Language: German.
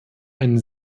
ein